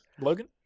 Logan